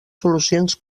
solucions